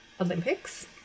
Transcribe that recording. Olympics